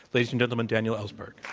ladies and gentlemen, daniel ellsberg.